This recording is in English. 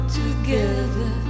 together